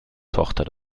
tochter